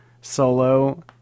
solo